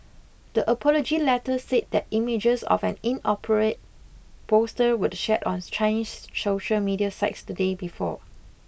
the apology letter said that images of an in operate poster were shared on Chinese social media sites the day before